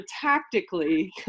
tactically